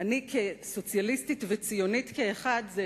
כסוציאליסטית וציונית כאחת,